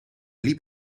liep